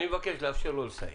אני מבקש לאפשר לו לסיים.